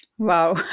Wow